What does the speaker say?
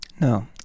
No